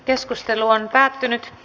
keskustelu päättyi